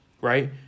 Right